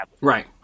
Right